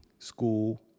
school